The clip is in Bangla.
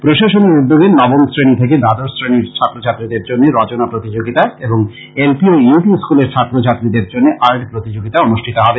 প্রশাসনের উদ্যোগে নবম শ্রেনী থেকে দ্বাদশ শ্রেনীর ছাত্র ছাত্রীদের জন্য রচনা প্রতিযোগিতা এবং এল পি ও ইউ পি স্কলের ছাত্র ছাত্রীদের জন্য আর্ট প্রতিযোগিতা অনুষ্ঠিত হবে